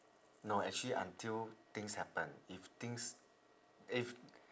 no actually until things happen if things if